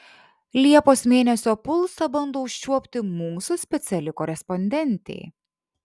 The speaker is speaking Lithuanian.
liepos mėnesio pulsą bando užčiuopti mūsų speciali korespondentė